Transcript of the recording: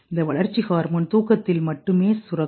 இந்த வளர்ச்சி ஹார்மோன் தூக்கத்தில் மட்டுமே சுரக்கும்